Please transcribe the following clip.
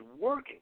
working